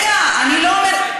סליחה, אבל זה לא 6 מיליארד.